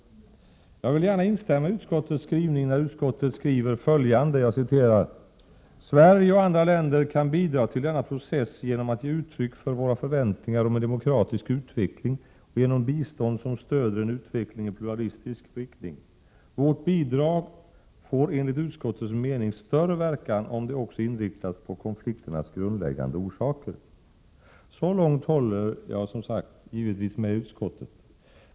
Jag vill gärna instämma när utskottet skriver följande: ”Sverige och andra länder kan bidra till denna process genom att ge uttryck för våra förväntningar om en demokratisk utveckling och genom bistånd som stöder en utveckling i pluralistisk riktning. Vårt bidrag får enligt utskottets mening större verkan, om det också inriktas på konflikternas grundläggande orsaker.” Så långt håller jag givetvis med utskottet.